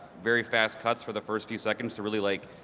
very fast cuts for the first few seconds to really like,